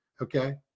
Okay